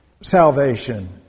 salvation